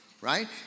right